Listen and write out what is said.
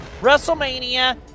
WrestleMania